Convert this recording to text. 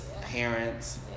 parents